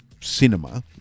cinema